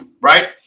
right